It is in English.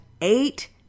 eight